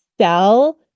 sell